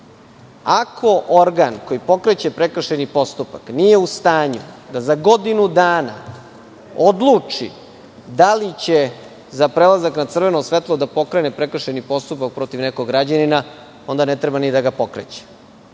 Ako organ koji pokreće prekršajni postupak nije u stanju da za godinu dana odluči da li će za prelazak na crveno svetlo da pokrene prekršajni postupak protiv nekog građanina, onda ne treba ni da ga pokreće.